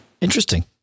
Interesting